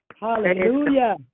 Hallelujah